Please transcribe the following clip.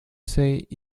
sig